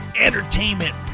entertainment